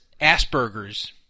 Asperger's